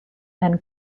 and